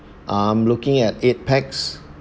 I'm looking at eight pax